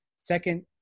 Second